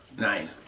Nine